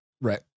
Right